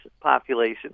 population